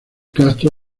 castro